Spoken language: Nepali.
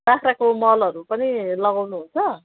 बाख्राको मलहरू पनि लगाउनु हुन्छ